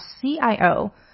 CIO